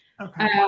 Okay